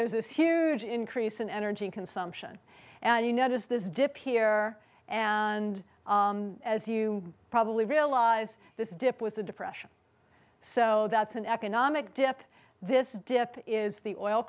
there's this huge increase in energy consumption and you know it is this dip here and as you probably realize this dip was the depression so that's an economic dip this dip is the oil